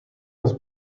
das